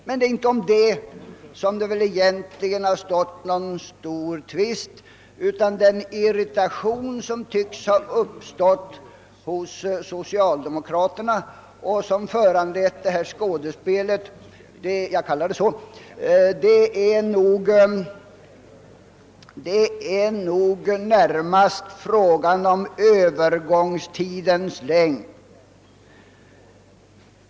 Men det är inte härom som det egentligen har stått någon större strid, utan den irritation som tycks ha uppstått hos socialdemokraterna och föranlett detta skådespel — jag kallar det så beror nog närmast på de delade meningarna om Öövergångstidens längd.